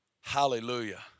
Hallelujah